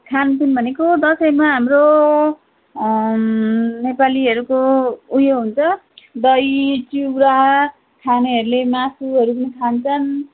खानपिन भनेको दसैँमा हाम्रो नेपालीहरूको उयो हुन्छ दही चिउरा खानेहरूले मासुहरू पनि खान्छन्